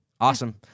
Awesome